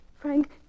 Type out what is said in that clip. Frank